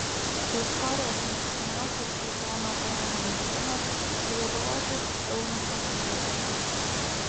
tai istorija apie mėgstamiausios sultono haremo merginos ir juodaodžio eunucho meilę be ateities